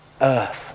earth